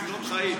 מצילות חיים.